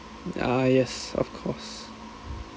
yeah yes of course